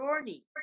journey